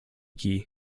kee